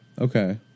Okay